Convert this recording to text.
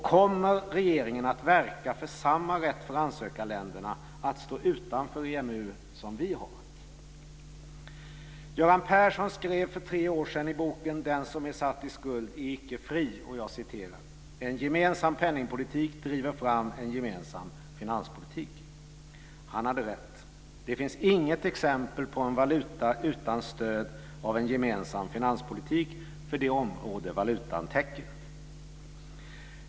Kommer regeringen att verka för samma rätt för ansökarländerna att stå utanför EMU som vi har? Göran Persson skrev för tre år sedan i boken Den som är satt i skuld är icke fri: En gemensam penningpolitik driver fram en gemensam finanspolitik. Han hade rätt. Det finns inget exempel på en valuta utan stöd av en gemensam finanspolitik för det område som valutan täcker.